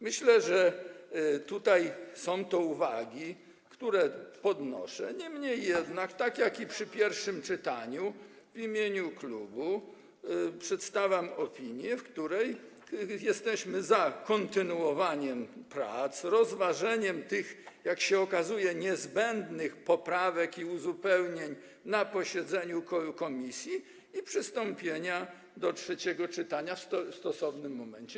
Myślę, że są to uwagi, które podnoszę, niemniej jednak, tak jak i przy pierwszym czytaniu, w imieniu klubu przedstawiam opinię, w której jesteśmy za kontynuowaniem prac, rozważeniem tych, jak się okazuje, niezbędnych poprawek i uzupełnień na posiedzeniu komisji i przystąpieniem do trzeciego czytania w stosownym momencie.